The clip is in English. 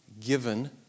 given